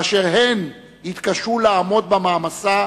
באשר הן יתקשו לעמוד במעמסה,